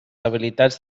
habilitats